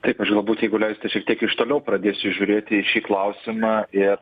taip aš galbūt jeigu leisite šiek tiek iš toliau pradėsiu žiūrėti į šį klausimą ir